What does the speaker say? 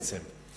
בעצם.